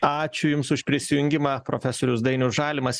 ačiū jums už prisijungimą profesorius dainius žalimas